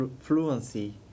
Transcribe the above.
fluency